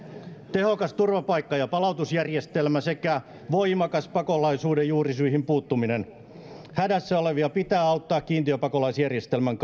tehokas turvapaikka ja palautusjärjestelmä sekä voimakas pakolaisuuden juurisyihin puuttuminen hädässä olevia pitää auttaa kiintiöpakolaisjärjestelmän